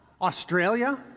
Australia